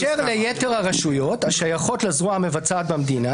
היא אמרה: "באשר ליתר הרשויות השייכות לזרוע המבצעת במדינה